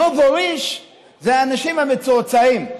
הנובוריש זה האנשים המצועצעים,